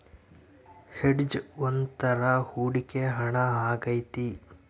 hedge ಒಂದ್ ತರ ಹೂಡಿಕೆ ಹಣ ಆಗೈತಿ